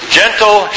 gentle